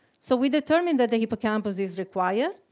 so we determined that the hippocampus is required